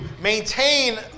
maintain